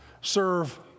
serve